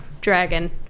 dragon